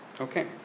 Okay